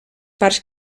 parts